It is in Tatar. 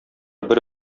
бер